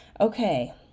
Okay